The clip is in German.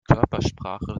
körpersprache